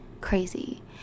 crazy